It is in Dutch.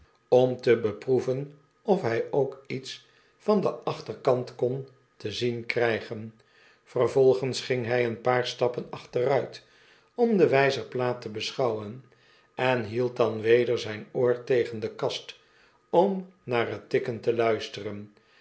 om te beproeven of hij ook iets van den achterkant kon te zien krijgen vervolgens ging hy een paar stappen achteruit om de wyzerplaat te beschouwen en hield dan weder zyn oor tegen de kast om naar het tikken te luisteren